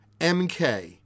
MK